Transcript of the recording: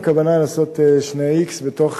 הכוונה לעשות x2 בתוך